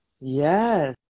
Yes